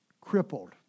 crippled